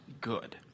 good